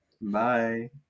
bye